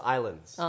Islands